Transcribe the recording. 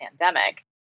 pandemic